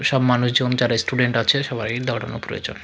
সব মানুষ জন যারা স্টুডেন্ট আছে সবারই দৌড়ানো প্রয়োজন